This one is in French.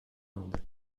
inde